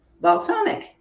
balsamic